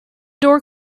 door